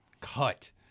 cut